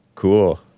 Cool